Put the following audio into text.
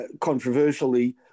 controversially